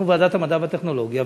אנחנו ועדת המדע והטכנולוגיה,